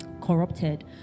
corrupted